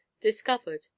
Discovered